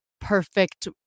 perfect